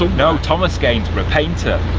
no thomas gainsborough, painter.